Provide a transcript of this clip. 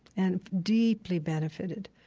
and deeply benefitted.